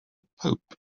pope